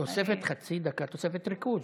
תוספת חצי דקה, תוספת ריכוז.